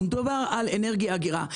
מדובר על אנרגיה אגירה.